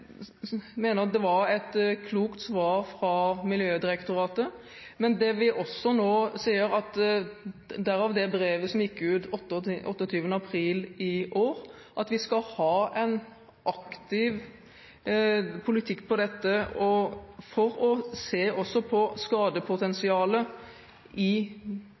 mener at det var et klokt svar fra Miljødirektoratet, men det vi nå sier, er at vi skal ha en aktiv politikk på dette området, for også å se på skadepotensialet i